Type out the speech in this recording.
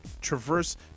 traverse